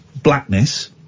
blackness